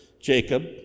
Jacob